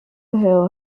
hill